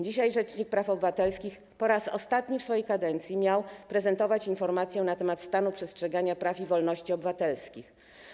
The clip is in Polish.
Dzisiaj rzecznik praw obywatelskich po raz ostatni w swojej kadencji prezentował informację na temat stanu przestrzegania praw i wolności obywatelskich.